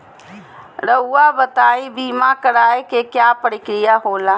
रहुआ बताइं बीमा कराए के क्या प्रक्रिया होला?